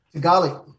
Golly